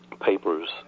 papers